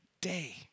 day